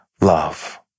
love